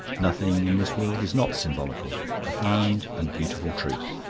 nothing in this world is not symbolical. profound and beautiful truth!